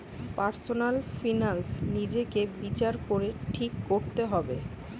personal finance নিজেকে বিচার করে ঠিক কোরতে হবে